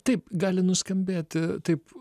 taip gali nuskambėti taip